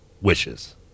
wishes